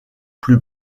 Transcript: plus